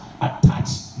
attached